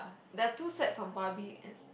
there are two sets of barbie and